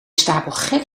stapelgek